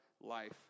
life